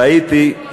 ראיתי,